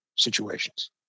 situations